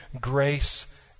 grace